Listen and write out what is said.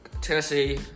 tennessee